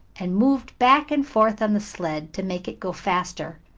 and moved back and forth on the sled, to make it go faster.